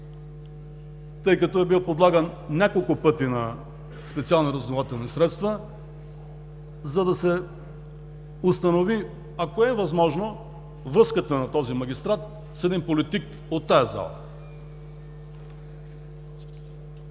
тъй като е бил подлаган няколко пъти на специални разузнавателни средства, за да се установи, ако е възможно, връзката на този магистрат с един политик от тази зала.